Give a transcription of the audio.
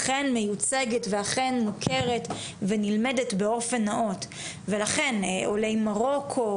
אכן מיוצגת ואכן מוכרת ונלמדת באופן נאות ולכן עולי מרוקו,